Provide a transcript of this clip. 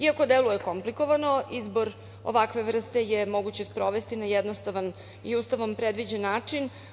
Iako deluje komplikovano, izbor ovakve vrste je moguće sprovesti na jednostavan i Ustavom predviđen način.